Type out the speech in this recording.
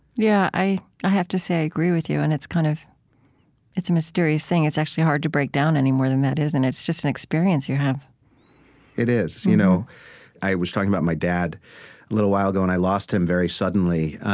yeah i i have to say i agree with you, and it's kind of it's a mysterious thing. it's actually hard to break down any more than that, isn't it? it's just an experience you have it is. you know i was talking about my dad a little while ago, and i lost him very suddenly.